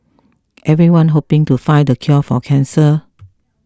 everyone hoping to find the cure for cancer